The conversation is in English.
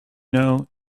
know